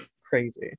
Crazy